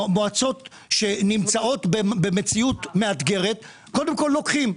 מועצות שנמצאות במציאות מאתגרת וקודם כל לוקחים.